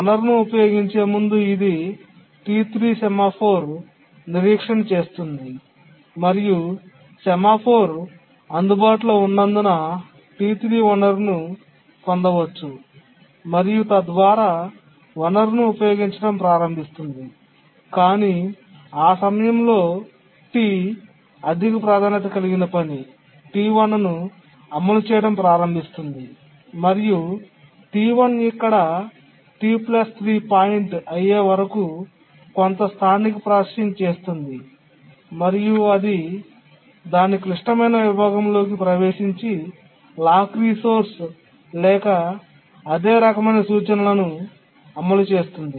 వనరును ఉపయోగించే ముందు ఇది సెమాఫోర్ నిరీక్షణ చేస్తుంది మరియు సెమాఫోర్ అందుబాటులో ఉన్నందున T3 వనరును పొందవచ్చు మరియు తద్వారా వనరును ఉపయోగించడం ప్రారంభిస్తుంది కానీ ఆ సమయంలో T అధిక ప్రాధాన్యత కలిగిన పని T1 ను అమలు చేయడం ప్రారంభిస్తుంది మరియు T1 ఇక్కడ T 3 పాయింట్ అయ్యే వరకు కొంత స్థానిక ప్రాసెసింగ్ చేస్తుంది మరియు అది దాని క్లిష్టమైన విభాగంలోకి ప్రవేశించి లాక్ రిసోర్స్ లేదా అదే రకమైన సూచనలను అమలు చేస్తుంది